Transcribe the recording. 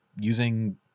using